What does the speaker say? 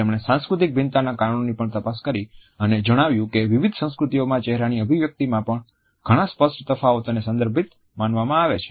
તેમણે સાંસ્કૃતિક ભિન્નતાના કારણોની પણ તપાસ કરી અને જણાવ્યું કે વિવિધ સંસ્કૃતિઓમાં ચહેરાની અભિવ્યક્તિમાં ઘણા સ્પષ્ટ તફાવતોને સંદર્ભિત માનવામાં આવે છે